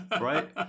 right